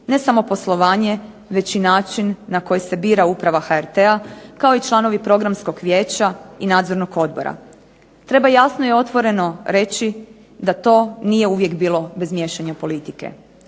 ne samo poslovanje već i način na koji se bira uprava HRT-a kao i članovi programskog vijeća i nadzornog odbora. Treba jasno i otvoreno reći da to nije uvijek bilo bez miješnja politike.